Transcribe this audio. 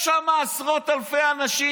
יש שם עשרות אלפי אנשים,